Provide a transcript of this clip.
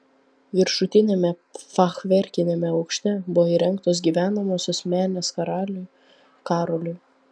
viršutiniame fachverkiniame aukšte buvo įrengtos gyvenamosios menės karaliui karoliui